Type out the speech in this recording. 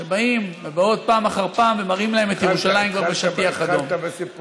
שבאים ובאות פעם אחר פעם ומראים להם את ירושלים כבר בשטיח אדום.